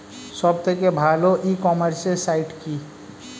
সব থেকে ভালো ই কমার্সে সাইট কী?